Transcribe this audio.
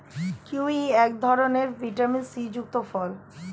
kiwi এক ধরনের vitamin C যুক্ত ফল